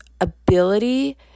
ability